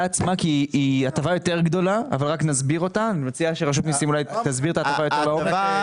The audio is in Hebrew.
אני מציע שרשות המיסים תסביר את ההטבה יותר לעומק.